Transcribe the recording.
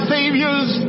Savior's